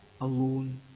alone